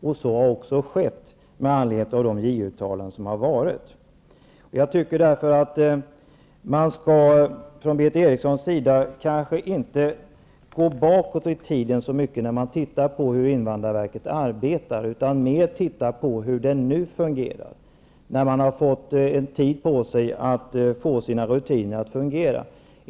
Det har också skett med anledning av JO:s uttalanden. Berith Eriksson skall kanske därför inte gå bakåt i tiden så mycket när hon tittar på hur invandrarverket arbetar, utan i stället titta på hur det nu fungerar när invandrarverket har fått tid på sig att få rutinerna att fungera.